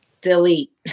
delete